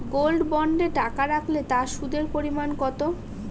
Gold বন্ডে টাকা রাখলে তা সুদের পরিমাণ কত?